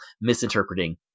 misinterpreting